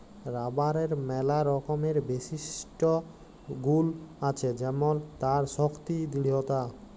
রাবারের ম্যালা রকমের বিশিষ্ট গুল আছে যেমল তার শক্তি দৃঢ়তা